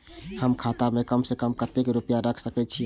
हम खाता में कम से कम कतेक रुपया रख सके छिए?